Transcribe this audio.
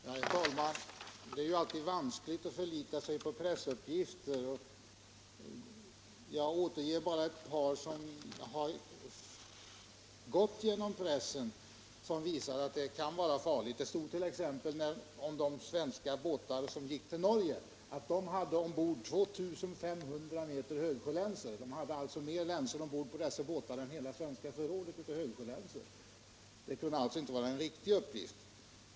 Herr talman! Det är ju alltid vanskligt att förlita sig på pressuppgifter. Jag skall återge en uppgift som har gått genom pressen och som visar hur farligt det kan vara. Det stod t.ex. i en artikel att de svenska båtar som gick till Norge hade 2 500 m högsjölänsor ombord. De skulle alltså ha haft större last av högsjölänsor ombord än vad som motsvarar hela det svenska förrådet av sådana länsor. Det kunde inte vara en riktig uppgift.